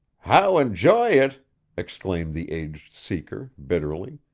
how enjoy it exclaimed the aged seeker, bitterly.